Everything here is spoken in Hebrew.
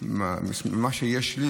ממה שיש לי,